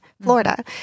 Florida